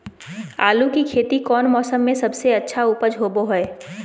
आलू की खेती कौन मौसम में सबसे अच्छा उपज होबो हय?